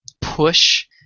push